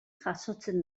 jasotzen